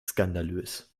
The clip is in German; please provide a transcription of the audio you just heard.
skandalös